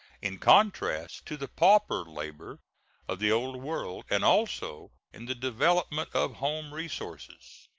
in contrast to the pauper labor of the old world, and also in the development of home resources.